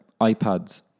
iPads